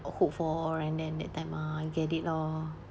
hope for and then that time ah I get it lor